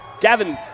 Gavin